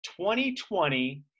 2020